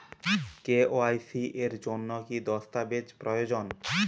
KYC এর জন্যে কি কি দস্তাবেজ প্রয়োজন?